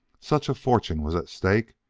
such a fortune was a stake,